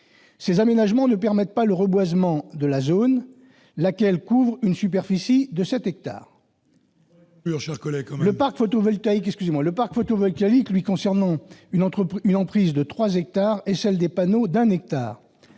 Ces aménagements ne permettent pas le reboisement de la zone, laquelle couvre une superficie de sept hectares. Le parc photovoltaïque, lui, concernerait une emprise d'environ trois hectares, pour un hectare